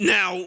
Now